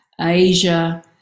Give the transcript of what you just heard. Asia